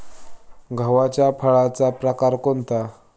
गव्हाच्या फळाचा प्रकार कोणता?